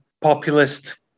populist